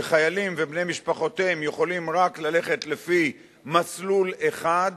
שחיילים ובני משפחותיהם יכולים רק ללכת לפי מסלול אחד,